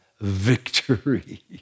victory